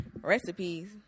recipes